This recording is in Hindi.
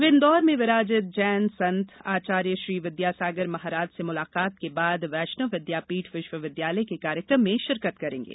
वे इंदौर में विराजित जैन संत आचार्य श्री विद्यासागर महाराज से मुलाकात के बाद वैष्णव विद्यापीठ विष्वविद्यालय के कार्यक्रम में शिरकत करेंगे